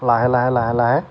লাহে লাহে লাহে লাহে